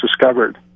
discovered